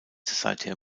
seither